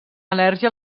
al·lèrgia